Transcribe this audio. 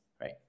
right